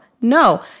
No